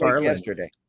yesterday